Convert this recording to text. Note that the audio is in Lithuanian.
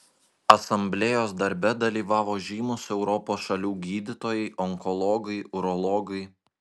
asamblėjos darbe dalyvavo žymūs europos šalių gydytojai onkologai urologai